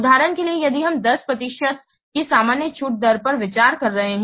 उदाहरण के लिए यदि हम 10 प्रतिशत की सामान्य छूट दर पर विचार कर रहे हैं